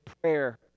prayer